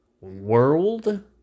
world